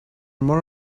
more